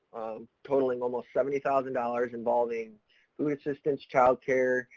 totaling almost seventy thousand dollars involving food assistance, child care,